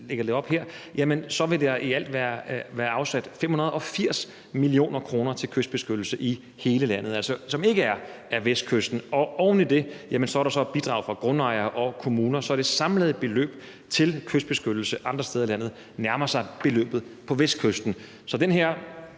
så vil der i alt være afsat 580 mio. kr. til kystbeskyttelse i hele landet, altså som ikke er Vestkysten, og oven i det er der så bidrag fra grundejere og kommuner. Så det samlede beløb til kystbeskyttelse andre steder i landet nærmer sig beløbet for Vestkysten.